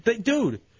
Dude